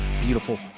beautiful